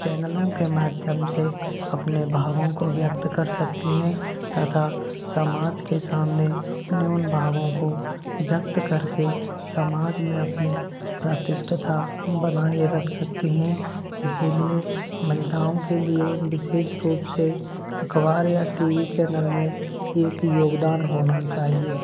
चैनलों के माध्यम से अपने भावों को व्यक्त कर सकती हैं तथा समाज के सामने अपने उन भावों को व्यक्त करके समाज में अपनी प्रतिष्ठा बनाए रख सकती हैं इसलिए महिलाओं के लिए विशेष रूप से अखबार या टी वी चैनल में एक योगदान होना चाहिए